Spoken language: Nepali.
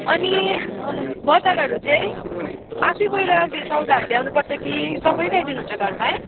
अनि बजारहरू चाहिँ आफै गएर ले सौदाहरू ल्याउनुपर्छ कि तपाईँ ल्याइदिनुहुन्छ घरमै